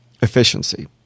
efficiency